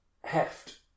heft